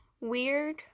weird